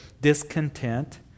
Discontent